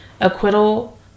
acquittal